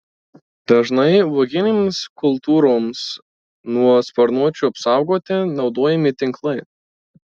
dažnai uoginėms kultūroms nuo sparnuočių apsaugoti naudojami tinklai